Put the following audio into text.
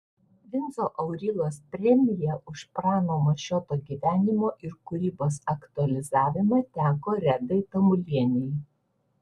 vinco aurylos premija už prano mašioto gyvenimo ir kūrybos aktualizavimą teko redai tamulienei